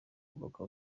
kubaka